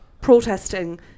protesting